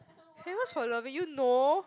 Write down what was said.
famous for loving you know